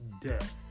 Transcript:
death